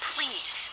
Please